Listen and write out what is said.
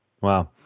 Wow